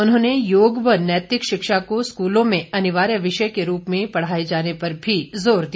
उन्होंने योग व नैतिक शिक्षा को स्कूलों में अनिवार्य विषय के रूप मे पढ़ाए जाने पर भी जोर दिया